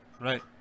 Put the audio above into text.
Right